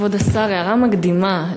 כבוד השר, הערה מקדימה.